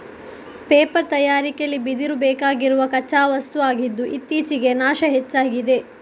paper ತಯಾರಿಕೆಲಿ ಬಿದಿರು ಬೇಕಾಗಿರುವ ಕಚ್ಚಾ ವಸ್ತು ಆಗಿದ್ದು ಇತ್ತೀಚೆಗೆ ನಾಶ ಹೆಚ್ಚಾಗಿದೆ